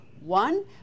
One